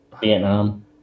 Vietnam